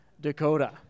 Dakota